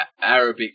Arabic